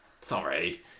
Sorry